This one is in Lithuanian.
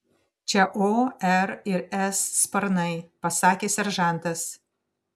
čia o r ir s sparnai pasakė seržantas